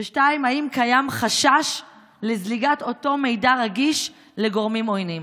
2. האם קיים חשש לזליגת אותו מידע רגיש לגורמים עוינים?